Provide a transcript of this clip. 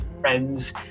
friends